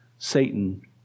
Satan